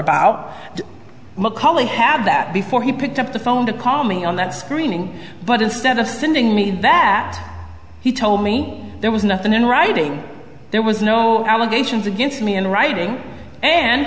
about macaulay have that before he picked up the phone to call me on that screening but instead of sending me that he told me there was nothing in writing there was no allegations against me in writing and